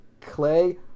Clay